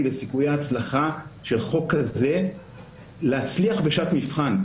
לגבי סיכויי ההצלחה של חוק כזה בשעת מבחן.